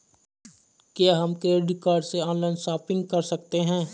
क्या हम credit card से ऑनलाइन शॉपिंग कर सकते हैं?